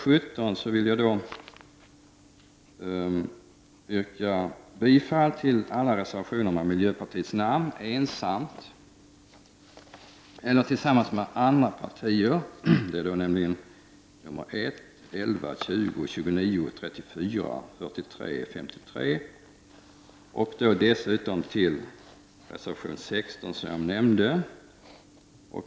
Jag vill yrka bifall till alla reservationer som miljöpartiet avgivit, ensamt eller tillsammans med andra partier, nämligen nr 1, 11, 20, 29,34, 43, 53, och dessutom till reservation nr 16.